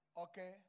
okay